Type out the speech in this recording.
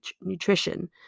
nutrition